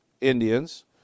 Indians